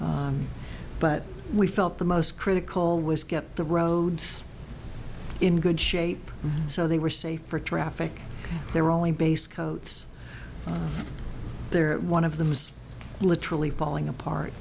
but we felt the most critical was get the roads in good shape so they were safe for traffic there were only base coats there one of them was literally falling apart